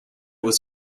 was